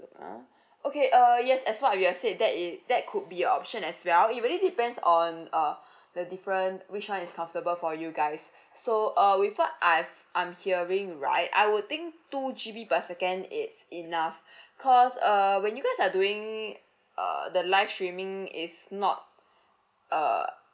look ah okay uh yes as what as you have said that it that could be an option as well it really depends on uh the different which one is comfortable for you guys so uh with what I've I'm hearing right I would think two G_B per second it's enough cause uh when you guys are doing err the live streaming it's not err